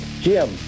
Jim